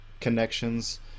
connections